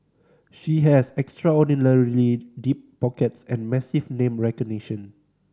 she has extraordinarily deep pockets and massive name recognition